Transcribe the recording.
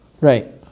Right